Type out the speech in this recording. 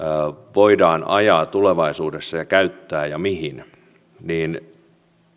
voidaan ajaa tulevaisuudessa ja käyttää ja mihin